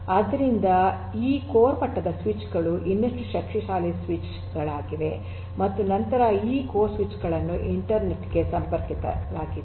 ಆದ್ದರಿಂದ ಈ ಕೋರ್ ಮಟ್ಟದ ಸ್ವಿಚ್ ಗಳು ಇನ್ನಷ್ಟು ಶಕ್ತಿಶಾಲಿ ಸ್ವಿಚ್ ಗಳಾಗಿವೆ ಮತ್ತು ನಂತರ ಈ ಕೋರ್ ಸ್ವಿಚ್ ಗಳನ್ನು ಇಂಟರ್ನೆಟ್ ಗೆ ಸಂಪರ್ಕಿಸಲಾಗಿದೆ